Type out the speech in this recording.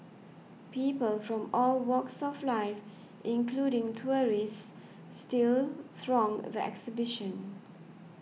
people from all walks of life including tourists still throng the exhibition